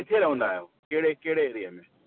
किथे रहंदा आयो कहिंड़े कहिड़े एरिये में